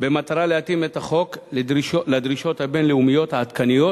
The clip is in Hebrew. במטרה להתאים את החוק לדרישות הבין-לאומיות העדכניות